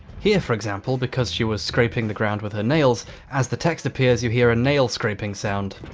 here for example because she was scraping the ground with her nails as the text appears. you hear a nail scraping sound